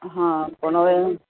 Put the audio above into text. હા પણ હવે હું